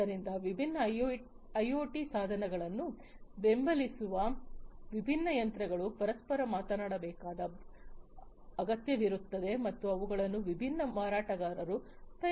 ಆದ್ದರಿಂದ ವಿಭಿನ್ನ ಐಒಟಿ ಸಾಧನಗಳನ್ನು ಬೆಂಬಲಿಸುವ ವಿಭಿನ್ನ ಯಂತ್ರಗಳು ಪರಸ್ಪರ ಮಾತನಾಡಬೇಕಾದ ಅಗತ್ಯವಿರುತ್ತದೆ ಮತ್ತು ಅವುಗಳನ್ನು ವಿಭಿನ್ನ ಮಾರಾಟಗಾರರು ತಯಾರಿಸುತ್ತಾರೆ